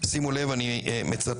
שימו לב, אני מצטט